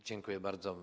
Dziękuję bardzo.